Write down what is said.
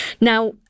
Now